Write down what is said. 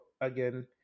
again